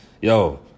yo